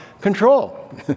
control